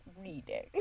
reading